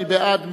מי בעד?